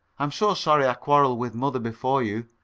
i'm so sorry i quarrelled with mother before you.